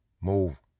move